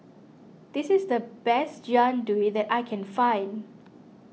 this is the best Jian Dui that I can find